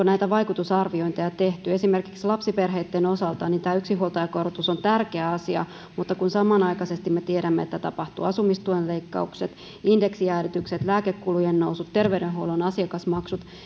näitä vaikutusarviointeja tehty esimerkiksi lapsiperheitten osalta yksinhuoltajakorotus on tärkeä asia mutta kun me tiedämme että samanaikaisesti tapahtuu asumistuen leikkaukset indeksijäädytykset lääkekulujen nousut ter veydenhuollon asiakasmaksut niin